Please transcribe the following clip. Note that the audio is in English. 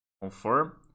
confirm